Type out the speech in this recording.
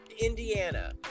Indiana